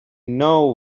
know